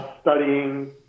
studying